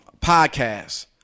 podcast